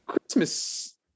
Christmas